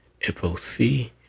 FOC